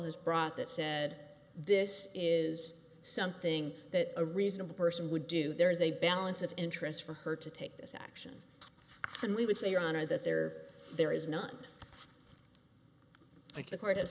those brought that said this is something that a reasonable person would do there is a balance of interest for her to take this action and we would say your honor that there are there is none like the court